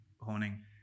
honing